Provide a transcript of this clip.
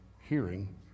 hearing